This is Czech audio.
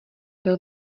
byl